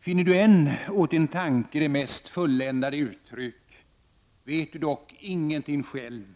Finner du än åt din tanke det mest fulländade uttryck, vet du dock ingenting själv.